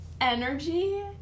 energy